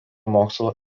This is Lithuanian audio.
mokslo